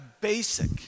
basic